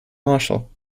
marshall